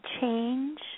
change